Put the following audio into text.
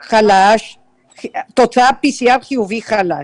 כן, תוצאת PCR חיובי-חלש